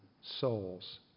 souls